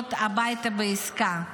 שחוזרות הביתה בעסקה,